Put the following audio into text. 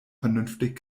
vernünftig